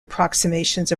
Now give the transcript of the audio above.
approximations